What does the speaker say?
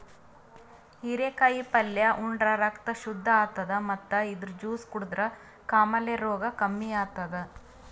ಹಿರೇಕಾಯಿ ಪಲ್ಯ ಉಂಡ್ರ ರಕ್ತ್ ಶುದ್ದ್ ಆತದ್ ಮತ್ತ್ ಇದ್ರ್ ಜ್ಯೂಸ್ ಕುಡದ್ರ್ ಕಾಮಾಲೆ ರೋಗ್ ಕಮ್ಮಿ ಆತದ್